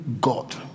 God